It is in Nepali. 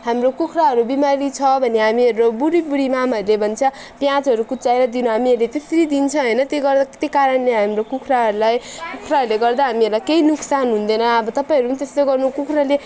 हाम्रो कुखुराहरू बिमारी छ भने हामीहरू बुढी बुढी म्यामहरूले भन्छ प्याजहरू कुच्याएर दिनु हामीहरूले त्यसरी दिन्छ होइन त्यो गर्दा त्यो कारणले हाम्रो कुखुराहरूलाई कुखुराहरूले गर्दा हामीहरूलाई केही नोक्सान हुँदैन अब तपाईँहरू नि त्यस्तै गर्नु कुखुराले